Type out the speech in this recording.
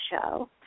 show